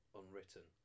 unwritten